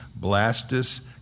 Blastus